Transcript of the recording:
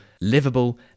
livable